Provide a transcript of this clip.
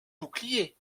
bouclier